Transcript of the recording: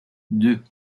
deux